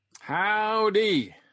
Howdy